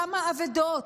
כמה אבדות,